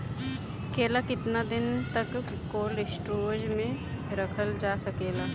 केला केतना दिन तक कोल्ड स्टोरेज में रखल जा सकेला?